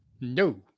no